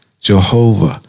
Jehovah